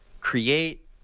create